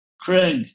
Craig